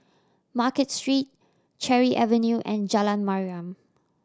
Market Street Cherry Avenue and Jalan Mariam